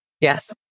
yes